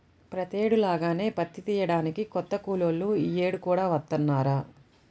ప్రతేడు లాగానే పత్తి తియ్యడానికి కొత్త కూలోళ్ళు యీ యేడు కూడా వత్తన్నారా